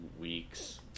weeks